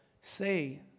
say